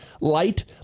light